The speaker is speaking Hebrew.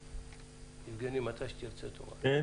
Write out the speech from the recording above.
בבקשה.